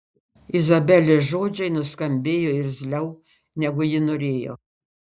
izabelės žodžiai nuskambėjo irzliau negu ji norėjo